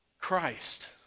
Christ